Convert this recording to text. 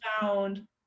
found